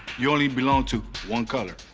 you only belong to one color.